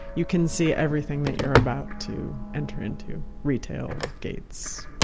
you can see everything that you're about to enter into. retail gates,